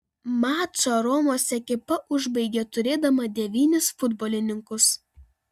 mačą romos ekipa užbaigė turėdama devynis futbolininkus